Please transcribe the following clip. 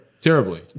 Terribly